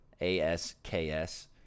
A-S-K-S